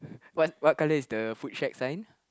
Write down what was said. what what color is the food check sign